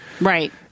Right